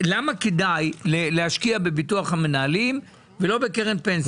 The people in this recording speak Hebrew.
למה כדאי להשקיע בביטוח המנהלים ולא בקרן פנסיה.